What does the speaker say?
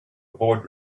avoid